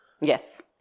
Yes